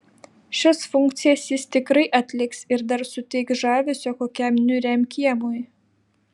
šias funkcijas jis tikrai atliks ir dar suteiks žavesio kokiam niūriam kiemui